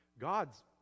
God's